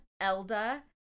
Elda